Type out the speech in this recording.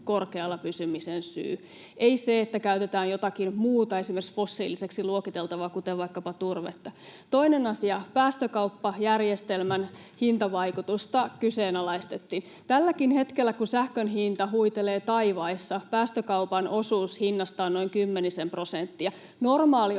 korkealla pysymisen syy, ei se, että käytetään jotakin muuta, esimerkiksi fossiiliseksi luokiteltavaa, kuten vaikkapa turvetta. Toinen asia: Päästökauppajärjestelmän hintavaikutusta kyseenalaistettiin. Tälläkin hetkellä, kun sähkön hinta huitelee taivaissa, päästökaupan osuus hinnasta on noin kymmenisen prosenttia. Normaalioloissa